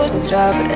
stop